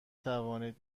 توانید